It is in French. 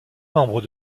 membre